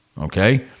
okay